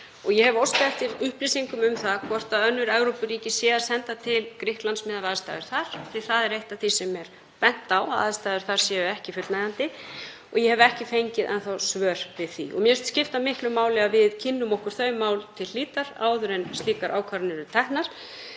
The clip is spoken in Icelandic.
Ég hef óskað eftir upplýsingum um það hvort önnur Evrópuríki séu að senda til Grikklands miðað við aðstæður þar, því að það er eitt af því sem er bent á, að aðstæður þar séu ekki fullnægjandi, og ég hef ekki fengið svör við því. Mér finnst skipta miklu máli að við kynnum okkur þau mál til hlítar áður en slíkar ákvarðanir eru teknar.